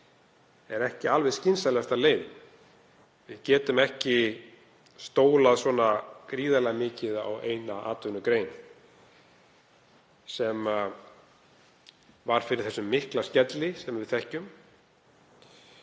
er ekki alveg skynsamlegasta leiðin. Við getum ekki stólað svona gríðarlega mikið á eina atvinnugrein sem hefur orðið fyrir þeim mikla skelli sem við þekkjum.